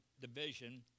Division